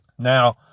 Now